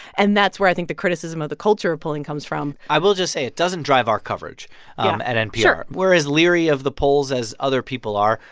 and that's where i think the criticism of the culture of polling comes from i will just say, it doesn't drive our coverage um at we're as leery of the polls as other people are.